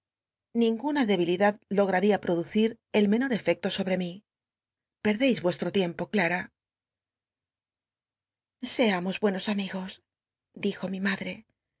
ninguna dcbilidacl logmria producir el menor efecto sobre mi j erdeis vuestro tiempo clam seamos buenos amigos dijo mi madre